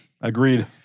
Agreed